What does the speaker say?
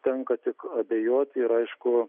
tenka tik abejoti ir aišku